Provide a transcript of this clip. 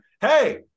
hey